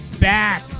back